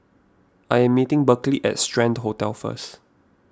I am meeting Berkley at Strand Hotel first